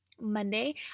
Monday